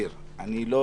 אני רוצה להזהיר כאן,